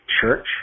church